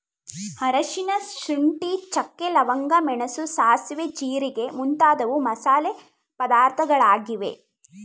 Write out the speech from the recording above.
ಅರಿಶಿನ, ಶುಂಠಿ, ಚಕ್ಕೆ, ಲವಂಗ, ಮೆಣಸು, ಸಾಸುವೆ, ಜೀರಿಗೆ ಮುಂತಾದವು ಮಸಾಲೆ ಪದಾರ್ಥಗಳಾಗಿವೆ